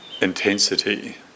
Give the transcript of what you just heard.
intensity